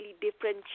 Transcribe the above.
different